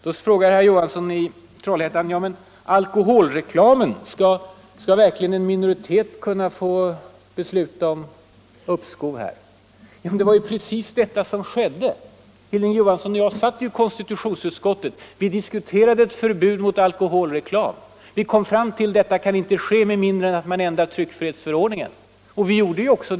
Då frågar Hilding Johansson: Men alkoholreklamen — skall verkligen en minoritet kunna få besluta om uppskov där? Det var precis det som skedde. Hilding Johansson och jag satt ju i konstitutionsutskottet. Vi diskuterade ett förbud mot alkoholreklam. Vi kom fram till att ett förbud kunde inte beslutas med mindre än att man ändrade tryckfrihetsförordningen. Vi gjorde det också.